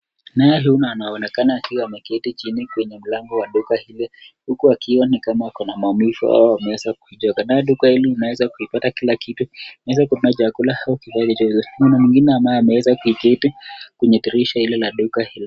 Huyu anaonekana akiwa ameketi chini kwenye mlango wa duka hili, huku akionekana kama ako na maumivu au ameweza kujeruhiwa. Na duka hili unaweza kuipata kila kitu. Unaweza kupata chakula au vifaa chochote. Kuna mwingine ambaye ameweza kuketi kwenye dirisha ile la duka hili.